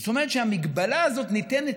בעקבותיה הוא נדרש